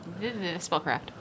Spellcraft